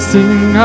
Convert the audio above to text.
Sing